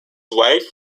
wife